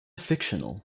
fictional